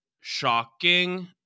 shocking